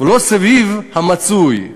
ולא סביב המצוי.